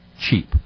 cheap